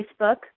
Facebook